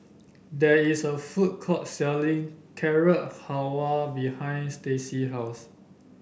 there is a food court selling Carrot Halwa behind Stacey's house